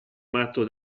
matto